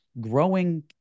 growing